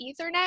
Ethernet